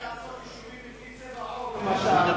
אולי לעשות יישובים על-פי צבע עור, זה רלוונטי.